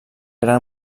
gran